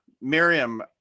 Miriam